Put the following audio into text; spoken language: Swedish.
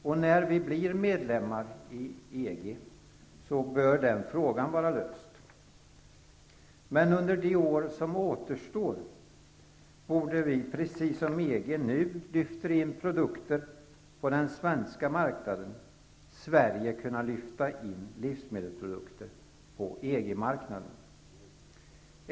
När Sverige blir medlem i EG bör den frågan vara löst. Men under de år som återstår fram till dess borde Sverige, precis som EG nu lyfter in produkter på den svenska marknaden, kunna lyfta in sina livsmedelsprodukter på EG-marknaden.